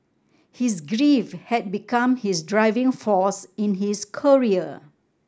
his grief had become his driving force in his career